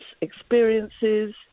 experiences